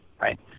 Right